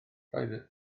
roedd